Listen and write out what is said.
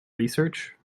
research